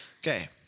Okay